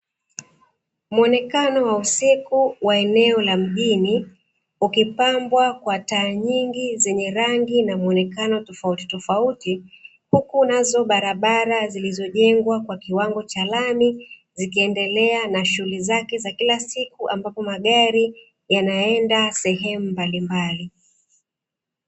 Muonekano wa usiku wa eneo la mjini, ukipambwa kwa taa nyingi zenye rangi na muonekano tofautitofauti, huku nazo barabara zilizojengwa kwa kiwango cha lami, zikiendelea na shughuli zake za kila siku, ambapo magari yanaenda sehemu mbalimbali.